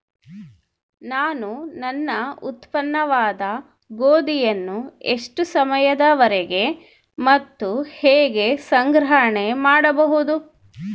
ನಾನು ನನ್ನ ಉತ್ಪನ್ನವಾದ ಗೋಧಿಯನ್ನು ಎಷ್ಟು ಸಮಯದವರೆಗೆ ಮತ್ತು ಹೇಗೆ ಸಂಗ್ರಹಣೆ ಮಾಡಬಹುದು?